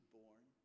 born